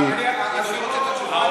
עשינו מאמץ אדיר, אדיר.